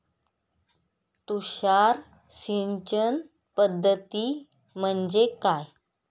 तुषार सिंचन पद्धती म्हणजे काय?